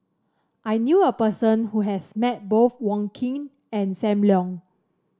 I knew a person who has met both Wong Keen and Sam Leong